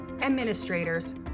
administrators